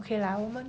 okay lah 我们